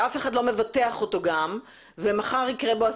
שאף אחד לא מבטח אותו ומחר יקרה בו אסון,